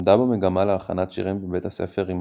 למדה במגמה להלחנת שירים בבית הספר "רימון",